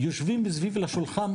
יושבים מסביב לשולחן,